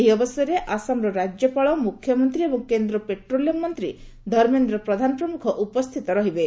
ଏହି ଅବସରରେ ଆସାମର ରାଜ୍ୟପାଳ ମୁଖ୍ୟମନ୍ତ୍ରୀ ଓ କେନ୍ଦ୍ର ପେଟ୍ରୋଲିୟମ ମନ୍ତ୍ରୀ ଧମେନ୍ଦ୍ର ପ୍ରଧାନ ପ୍ରମ୍ରଖ ଉପସ୍ଥିତ ରହିବେ